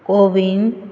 CoWIN